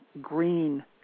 green